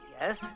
yes